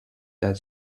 that